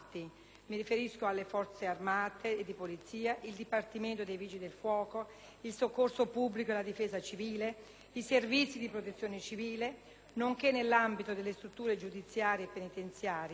Mi riferisco alle Forze armate e di polizia, al Dipartimento dei vigili del fuoco, al soccorso pubblico e alla difesa civile, ai servizi di protezione civile, nonché, nell'ambito delle strutture giudiziarie e penitenziarie,